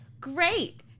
great